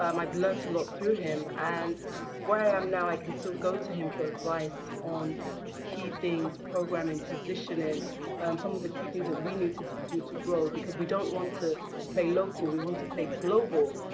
um i've learned a lot through him. and where i am now, i can still so go to him for advice on key things programming, positioning some of the key things that we need to to do to grow. because we don't want to play local. we want to play global.